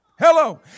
Hello